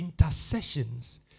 intercessions